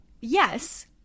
yes